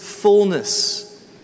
fullness